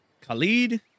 khalid